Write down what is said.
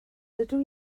dydw